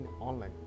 online